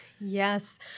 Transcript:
Yes